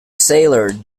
sailor